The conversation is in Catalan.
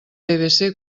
pvc